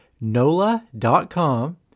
NOLA.com